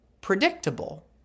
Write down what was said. predictable